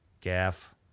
Gaff